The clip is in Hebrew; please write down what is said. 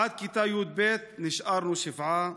עד כיתה "ב נשארנו שבעה.